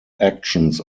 actions